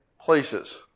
places